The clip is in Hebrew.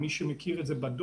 למי שמכיר את זה בדוח,